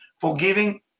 forgiving